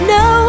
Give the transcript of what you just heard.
no